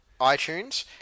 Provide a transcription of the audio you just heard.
iTunes